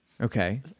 Okay